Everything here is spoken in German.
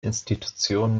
institutionen